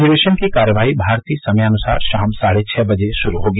अधिवेशन की कार्यवाही भारतीय समयानुसार शाम साढ़े छह बजे से शुरू होगी